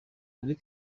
muri